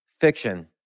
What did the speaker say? fiction